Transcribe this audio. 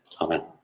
amen